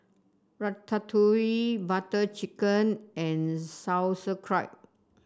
Ratatouille Butter Chicken and Sauerkraut